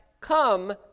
Come